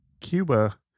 Cuba